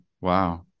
wow